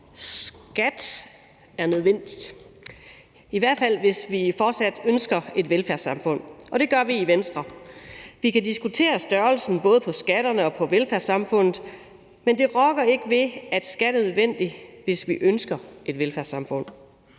Skat er nødvendigt – i hvert fald hvis vi fortsat ønsker et velfærdssamfund, og det gør vi i Venstre. Vi kan diskutere størrelsen både på skatterne og på velfærdssamfundet, men det rokker ikke ved, at skat er nødvendigt, hvis vi ønsker et velfærdssamfund.